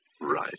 Right